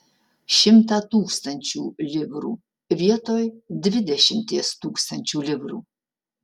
šimtą tūkstančių livrų vietoj dvidešimties tūkstančių livrų